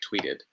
tweeted